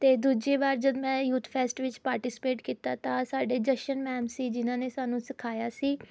ਅਤੇ ਦੂਜੀ ਵਾਰ ਜਦ ਮੈਂ ਯੂਥ ਫੈਸਟ ਵਿੱਚ ਪਾਰਟੀਸੀਪੇਟ ਕੀਤਾ ਤਾਂ ਸਾਡੇ ਜਸ਼ਨ ਮੈਮ ਸੀ ਜਿਨ੍ਹਾਂ ਨੇ ਸਾਨੂੰ ਸਿਖਾਇਆ ਸੀ